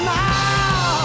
now